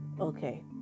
okay